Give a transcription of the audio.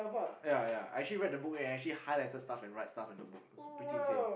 ya ya I actually read the book and actually highlighted stuff and write stuff in the book it's pretty insane